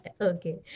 okay